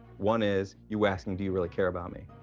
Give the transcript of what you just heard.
one is you asked him, do you really care about me?